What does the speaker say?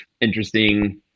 interesting